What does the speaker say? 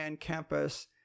campus